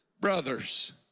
brothers